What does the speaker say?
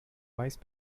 vice